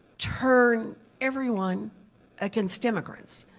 turn everyone against immigrants.